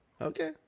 Okay